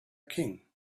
king